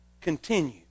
continue